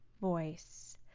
voice